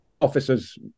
officers